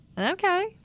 Okay